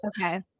Okay